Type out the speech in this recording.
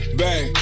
bang